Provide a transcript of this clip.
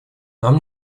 нам